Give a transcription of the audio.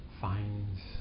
finds